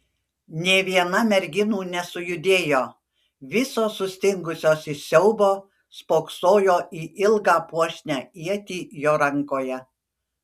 nė viena merginų nesujudėjo visos sustingusios iš siaubo spoksojo į ilgą puošnią ietį jo rankoje